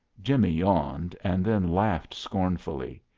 jimmie yawned, and then laughed scornfully.